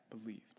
believed